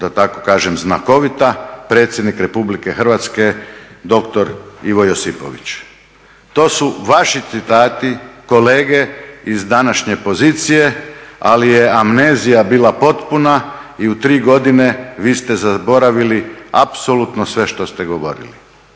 da tako kažem znakovita, predsjednik RH, doktor Ivo Josipović. To su vaši citati, kolege iz današnje pozicije, ali je amnezija bila potpuna i u 3 godine vi ste zaboravili apsolutno sve što ste govorili.